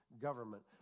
government